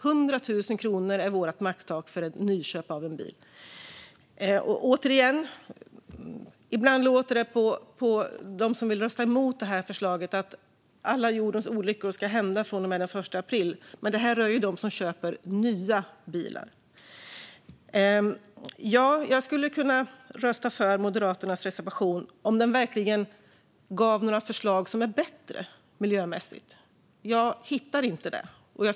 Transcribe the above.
Vårt maxtak är 100 000 kronor för nyköp av en bil. Ibland låter det på dem som vill rösta emot förslaget att jordens alla olyckor ska hända från och med den 1 april, men detta gäller dem som köper nya bilar. Jag skulle kunna rösta för Moderaternas reservation om den innehöll förslag som miljömässigt var bättre, men jag hittar inte några sådana.